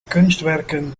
kunstwerken